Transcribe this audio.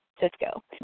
Cisco